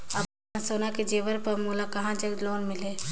अपन सोना के जेवर पर मोला कहां जग लोन मिलही?